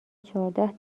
چهارده